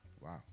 Wow